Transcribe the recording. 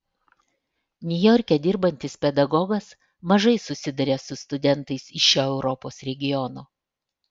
niujorke dirbantis pedagogas mažai susiduria su studentais iš šio europos regiono